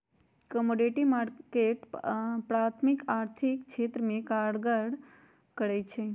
commodity market प्राथमिक आर्थिक क्षेत्र में कारबार करै छइ